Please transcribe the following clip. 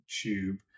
tube